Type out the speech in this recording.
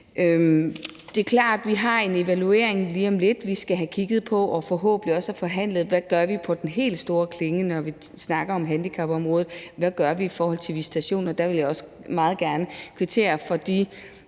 Det er klart, at vi lige om lidt har en evaluering, vi skal have kigget på, og forhåbentlig får vi også forhandlet, hvad vi gør på den helt store klinge, når vi snakker om handicapområdet, i forhold til visitation, og der vil jeg også meget gerne kvittere de